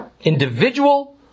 individual